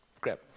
Great